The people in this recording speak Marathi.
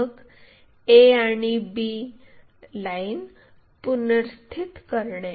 मग a आणि b लाईन पुनर्स्थित करणे